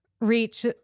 reach